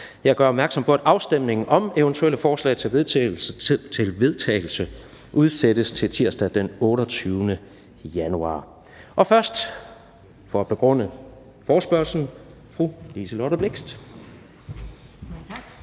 Jeg gør opmærksom på, at afstemning om eventuelle forslag til vedtagelse udsættes til tirsdag den 28. januar 2020. Det er først for at begrunde forespørgslen fru Liselott Blixt.